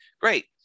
great